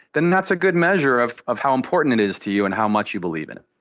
then that's a good measure of of how important it is to you and how much you believe in it.